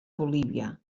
bolívia